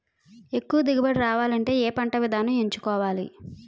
ఎక్కువ దిగుబడి రావాలంటే ఏ పంట విధానం ఎంచుకోవాలి?